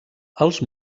els